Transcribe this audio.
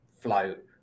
float